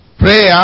Prayer